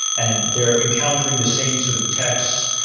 and they're encountering the same sort of texts,